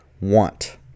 want